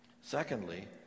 Secondly